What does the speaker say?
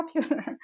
popular